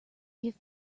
give